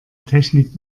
technik